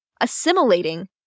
assimilating